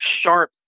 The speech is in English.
sharp